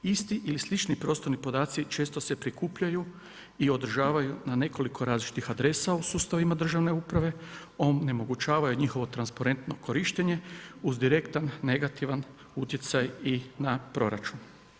Isti ili slični prostorni podaci često se prikupljaju i održavaju na nekoliko različitih adresa u sustavima državne uprave, on onemogućava njihovo transparentno korištenje uz direktan negativan utjecaj i na proračun.